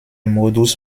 modus